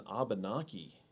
Abenaki